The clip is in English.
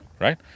right